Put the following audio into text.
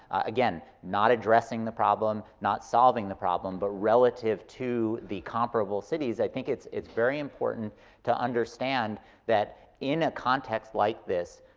again, not addressing the problem, not solving the problem, but relative to the comparable cities, i think it's it's very important to understand that in a context like this,